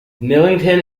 millington